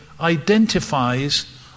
identifies